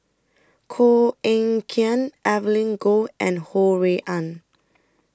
Koh Eng Kian Evelyn Goh and Ho Rui An